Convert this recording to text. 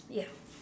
ya